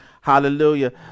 Hallelujah